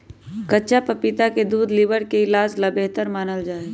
कच्चा पपीता के दूध लीवर के इलाज ला बेहतर मानल जाहई